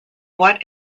what